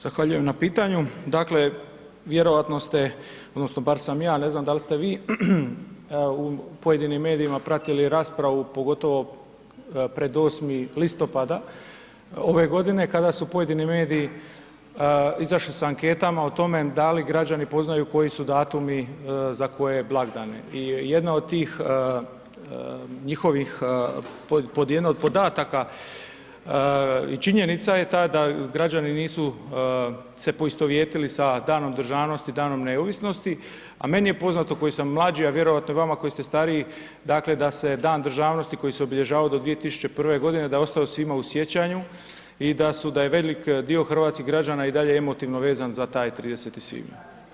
Zahvaljujem na pitanju, dakle vjerojatno ste odnosno bar sam ja ne znam da li ste vi u pojedinim medijima pratili raspravu pogotovo pred 8. listopada ove godine, kada su pojedini mediji izašli sa anketama da li građani poznaju koji su datumi za koje blagdane i jedna od tih njihovih podataka i činjenica je ta da građani nisu se poistovjetili sa Danom državnosti, Danom neovisnosti, a meni je poznato koji sam mlađi, a vjerojatno i vama koji ste stariji dakle da se Dan državnosti koji se obilježavao do 2001. godine da je ostao svima u sjećanju i da su, da je velik dio hrvatskih građana i dalje emotivno vezan za taj 30. svibnja.